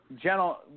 General